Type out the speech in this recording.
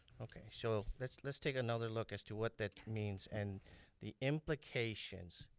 okay, so let's let's take another look as to what that means and the implications,